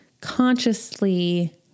consciously